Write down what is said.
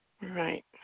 Right